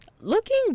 Looking